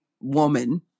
woman